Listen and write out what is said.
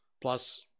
Plus